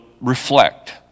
reflect